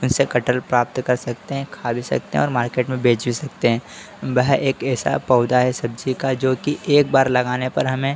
उनसे कटहल प्राप्त कर सकते हैं खा भी सकते हैं और मार्केट में बेच भी सकते हैं वह एक ऐसा पौधा है सब्जी का जो कि एक बार लगाने पर हमें